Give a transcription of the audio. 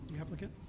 applicant